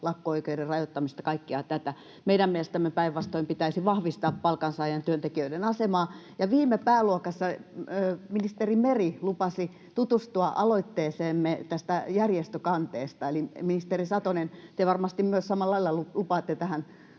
lakko-oikeuden rajoittamista, kaikkea tätä. Meidän mielestämme päinvastoin pitäisi vahvistaa palkansaajan, työntekijöiden, asemaa. Ja viime pääluokassa ministeri Meri lupasi tutustua aloitteeseemme tästä järjestökanteesta. Eli, ministeri Satonen, te varmasti myös samalla lailla lupaatte tähän